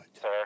Sir